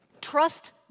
Trust